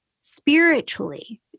spiritually